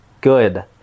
Good